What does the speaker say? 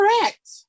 correct